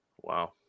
Wow